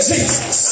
Jesus